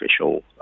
official